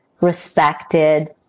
respected